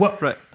Right